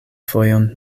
fojon